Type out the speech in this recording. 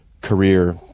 career